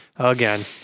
Again